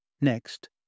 Next